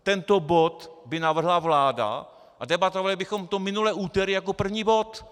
Tento bod by navrhla vláda a debatovali bychom o tom minulé úterý jako první bod.